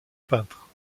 peintre